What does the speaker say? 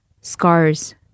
scars